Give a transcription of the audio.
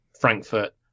Frankfurt